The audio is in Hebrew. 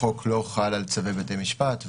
החוק לא חל על צווי בתי משפט,